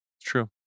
true